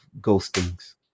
ghosting's